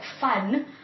fun